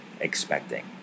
expecting